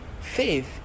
faith